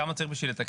כמה צריך בשביל לתקן?